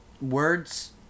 words